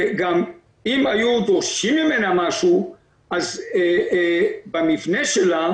גם אם היו דורשים ממנה משהו אז במבנה שלה